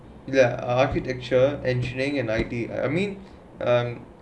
ya architecture engineering and I I I mean um